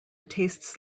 tastes